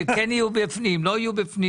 שכן יהיה בפנים או לא יהיה בפנים.